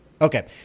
okay